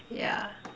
yeah